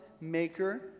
maker